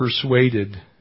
persuaded